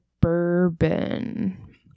bourbon